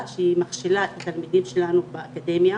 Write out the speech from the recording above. שהיא מכשילה את התלמידים שלנו באקדמיה,